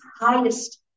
highest